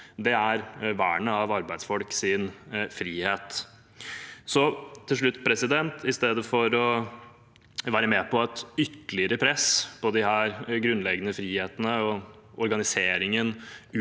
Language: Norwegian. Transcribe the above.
er vernet av arbeidsfolks frihet. Til slutt: I stedet for å være med på et ytterligere press på disse grunnleggende frihetene, organiseringen